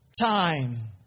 time